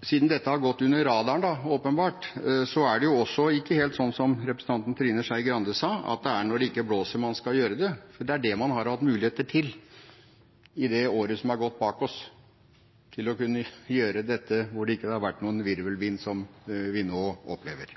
Siden dette åpenbart har gått under radaren, er det heller ikke helt slik som representanten Trine Skei Grande sa, at det er når det ikke blåser, man skal gjøre det, for det er det man har hatt muligheter til i det året som ligger bak oss: å kunne gjøre dette når det ikke har vært noen virvelvind som den vi nå opplever.